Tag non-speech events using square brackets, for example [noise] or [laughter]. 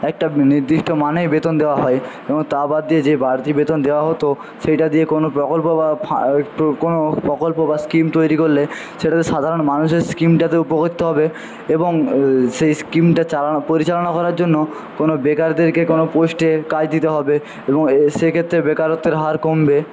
একটা নিদ্দিষ্ট মানেই বেতন দেওয়া হয় এবং তা বাদ দিয়ে যে বাড়তি বেতন দেওয়া হত সেইটা দিয়ে কোনও প্রকল্প বা [unintelligible] কোনও প্রকল্প বা স্কীম তৈরি করলে সেইটাতে সাধারণ মানুষের স্কীমটাতেও [unintelligible] করতে হবে এবং সেই স্কীমটা চালানো পরিচালনা করার জন্য কোনও বেকারদেরকে কোনও পোস্টে কাজ দিতে হবে এবং এ সেক্ষেত্রে বেকারত্বের হার কমবে